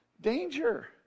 Danger